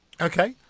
Okay